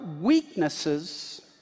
weaknesses